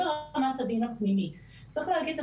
ואני חושב שגם לזה צריך לתת דגש וצריך להגיד את זה